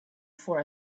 for